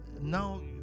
Now